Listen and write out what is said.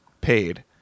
paid